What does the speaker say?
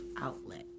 outlet